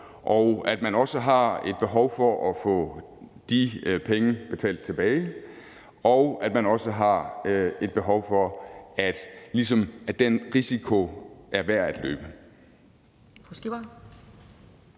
og at man også har et behov for at få de penge betalt tilbage, og at man også har et behov for at vide, at den risiko er værd at løbe.